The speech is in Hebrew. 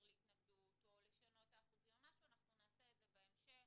להתנגדות או לשינוי האחוזים אזי אנחנו נעשה זאת בהמשך.